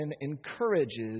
encourages